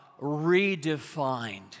redefined